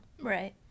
Right